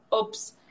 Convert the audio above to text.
Oops